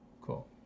Cool